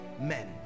Men